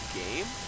game